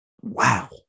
Wow